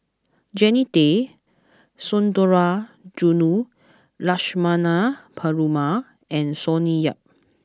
Jannie Tay Sundarajulu Lakshmana Perumal and Sonny Yap